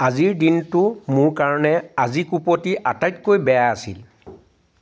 আজিৰ দিনটো মোৰ কাৰণে আজিকোপতি আটাইতকৈ বেয়া আছিল